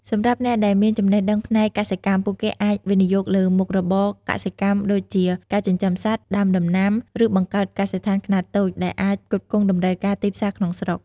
សម្រាប់អ្នកដែលមានចំណេះដឹងផ្នែកកសិកម្ម ពួកគេអាចវិនិយោគលើមុខរបរកសិកម្មដូចជា ការចិញ្ចឹមសត្វ ដាំដំណាំ ឬបង្កើតកសិដ្ឋានខ្នាតតូច ដែលអាចផ្គត់ផ្គង់តម្រូវការទីផ្សារក្នុងស្រុក។